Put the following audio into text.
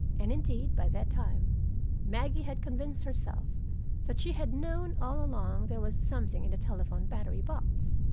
and, indeed, by that time maggie had convinced herself that she had known all along there was something in the telephone battery-box.